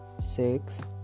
six